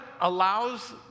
allows